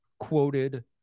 quoted